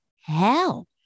hell